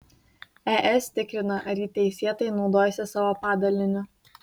es tikrina ar ji teisėtai naudojosi savo padaliniu